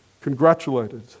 congratulated